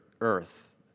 earth